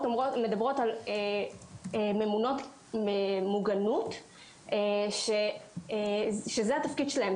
מדברות על ממונות מוגנות שזה התפקיד שלהן.